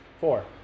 Four